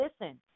Listen